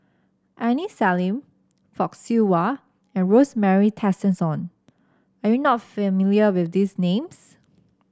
Aini Salim Fock Siew Wah and Rosemary Tessensohn are you not familiar with these names